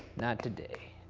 not today,